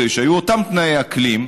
בהן באותו חודש היו אותם תנאי אקלים,